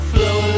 Flow